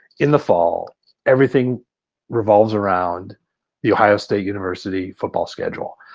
in the fall everything revolves around the ohio state university football schedule.